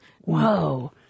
Whoa